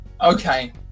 Okay